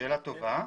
שאלה טובה.